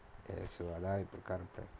ya so ஆனா இப்ப:aanaa ippa